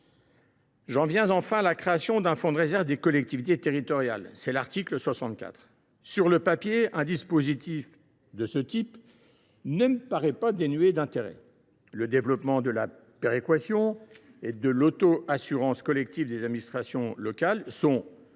troisièmement, à la création d’un fonds de réserve des collectivités territoriales, prévue à l’article 64. Sur le papier, un dispositif de ce type ne me paraît pas dénué d’intérêt. Le développement de la péréquation et celui de l’auto assurance collective des administrations locales sont,